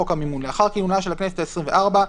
חוק המימון) לאחר כינונה של הכנסת העשרים וארבע,